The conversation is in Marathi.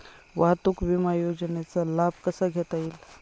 वाहतूक विमा योजनेचा लाभ कसा घेता येईल?